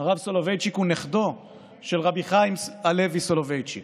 של רבי חיים הלוי סולובייצ'יק.